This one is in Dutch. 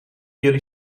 jullie